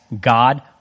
God